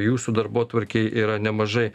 jūsų darbotvarkėj yra nemažai